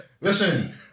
Listen